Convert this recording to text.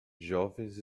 jovens